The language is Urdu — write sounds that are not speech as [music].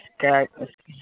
اس کا [unintelligible]